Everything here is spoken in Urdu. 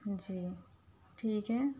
جی ٹھیک ہے